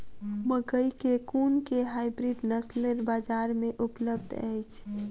मकई केँ कुन केँ हाइब्रिड नस्ल बजार मे उपलब्ध अछि?